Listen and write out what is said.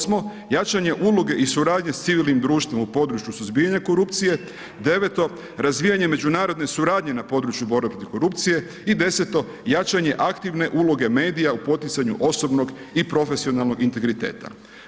Osmo, jačanje uloge i sudnje s civilnim društvom u podruju suzbijanja korupcije, deveto razvijanje međunarodne suradnje na području borbe protiv korupcije i deseto, jačanje aktivne uloge medije u podizanju osobnog i profesionalnog integriteta.